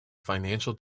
financial